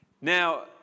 Now